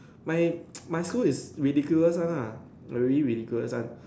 my my school is ridiculous one lah really ridiculous one